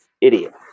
idiot